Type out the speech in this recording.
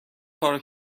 کارو